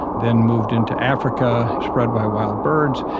then moved into africa spread by wild birds.